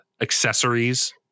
accessories